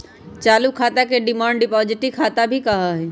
चालू खाता के डिमांड डिपाजिट खाता भी कहा हई